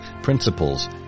Principles